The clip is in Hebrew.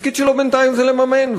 התפקיד שלו בינתיים זה לממן,